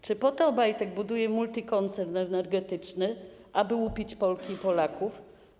Czy po to Obajtek buduje multikoncern energetyczny, aby łupić Polki i Polaków?